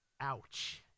Ouch